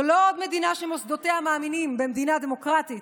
זו לא עוד מדינה שמוסדותיה מאמינים במדינה דמוקרטית.